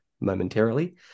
momentarily